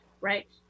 Right